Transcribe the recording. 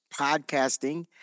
Podcasting